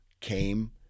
came